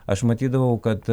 aš matydavau kad